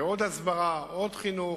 בעוד הסברה, עוד חינוך,